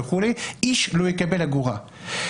איש לא יקבל אגורה.